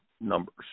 numbers